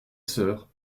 sœur